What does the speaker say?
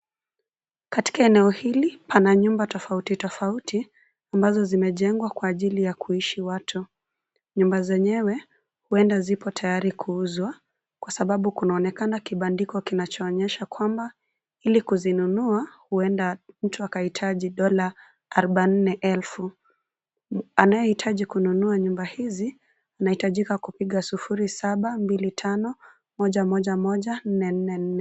Katika eneo hili, pana nyumba tofauti tofauti, ambazo zimejengwa kwa ajili ya kuishi watu. Nyumba zenyewe, huenda zipo tayari kuuzwa, kwa sababu kunaonekana kibandiko kinachoonyesha kwamba, ili kuzinunua huenda mtu akahitaji dola arubaini elfu. Anayehitaji kununua nyumba hizi, anahitajika kupiga sufuri saba, mbili tano, moja moja moja, nne nne nne.